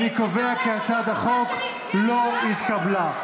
אני קובע כי הצעת החוק לא התקבלה.